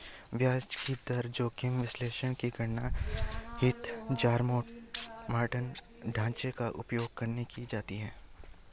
ब्याज दर जोखिम विश्लेषण की गणना हीथजारोमॉर्टन ढांचे का उपयोग करके की जाती है